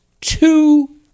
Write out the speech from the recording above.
two